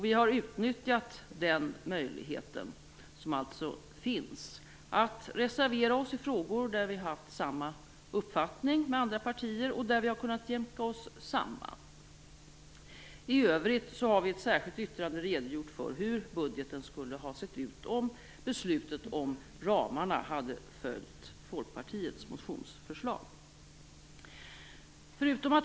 Vi har utnyttjat den möjligheten, som alltså finns, att reservera oss i frågor där vi har haft samma uppfattning som andra partier och där vi har kunnat jämka oss samman. I övrigt har vi i ett särskild yttrande redogjort för hur budgeten skulle ha sett ut om beslutet om ramarna hade följt Folkpartiets motionsförslag.